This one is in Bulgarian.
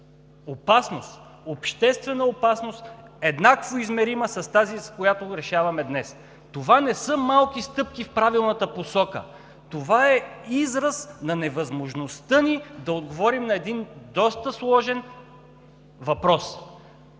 опасност, обществена опасност, еднакво измерима с тази, която решаваме днес. Това не са малки стъпки в правилната посока, това е израз на невъзможността ни да отговорим на един доста сложен въпрос.